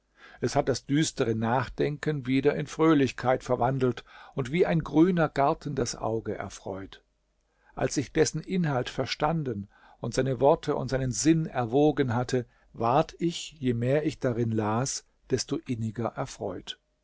es hat das düstere nachdenken wieder in fröhlichkeit verwandelt und wie ein grüner garten das auge erfreut als ich dessen inhalt verstanden und seine worte und seinen sinn erwogen hatte ward ich je mehr ich darin las desto inniger erfreut